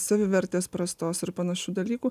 savivertės prastos ar panašių dalykų